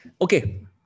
okay